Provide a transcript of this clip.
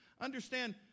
understand